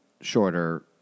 shorter